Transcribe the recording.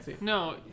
No